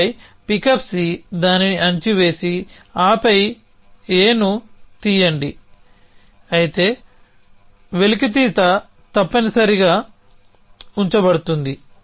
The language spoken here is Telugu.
ఆపై పికప్ C దానిని అణిచివేసి ఆపై Aను తీయండి అయితే వెలికితీత తప్పనిసరిగా ఉంచబడుతుంది